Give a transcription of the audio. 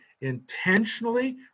intentionally